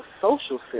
Social